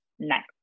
next